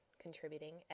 contributing